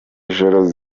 ijoro